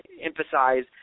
emphasize